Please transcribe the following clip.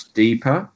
deeper